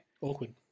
Awkward